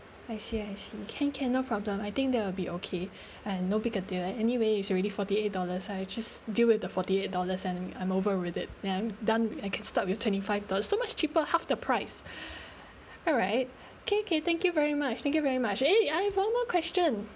I see I see can can no problem I think that will be okay and not big a deal and anyway it's already forty eight dollars I actually deal with the forty eight dollars and I'm over with it then done I can start with twenty five dollars so much cheaper half the price alright okay can thank you very much thank you very much eh I have one more question